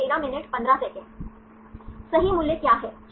सही मूल्य क्या है